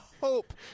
hope